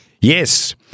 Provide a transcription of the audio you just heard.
Yes